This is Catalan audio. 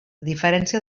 diferència